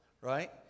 right